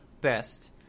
best